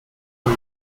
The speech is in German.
und